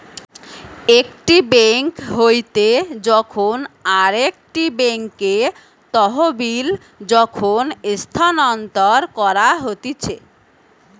একটি বেঙ্ক হইতে যখন আরেকটি বেঙ্কে তহবিল যখন স্থানান্তর করা হতিছে